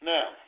Now